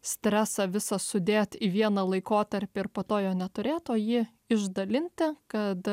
stresą visą sudėt į vieną laikotarpį po to jo neturėt o jį išdalinti kad